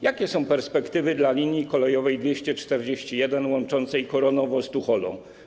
Jakie są perspektywy dla linii kolejowej nr 241, łączącej Koronowo z Tucholą?